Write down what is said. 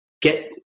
get